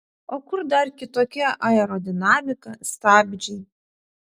o kur dar kitokia aerodinamika stabdžiai